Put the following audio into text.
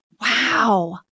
Wow